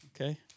Okay